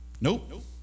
Nope